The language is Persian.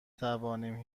توانیم